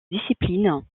discipline